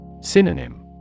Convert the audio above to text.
Synonym